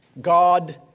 God